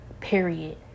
Period